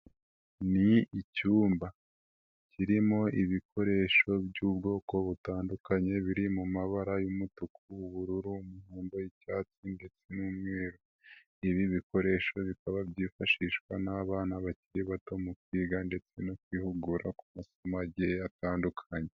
Ni icyumba kirimo ibikoresho by'ubwoko butandukanye biri mu mabara y'umutuku, ubururu, umuhondo, icyatsi ndetse n'umweru, ibi bikoresho bikaba byifashishwa n'abana bakiri bato mu kwiga ndetse no kwihugura ku masomo agiye atandukanye.